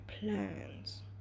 plans